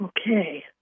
Okay